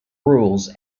rules